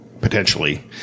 Potentially